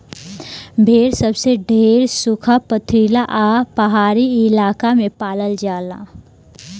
भेड़ सबसे ढेर सुखा, पथरीला आ पहाड़ी इलाका में पालल जाला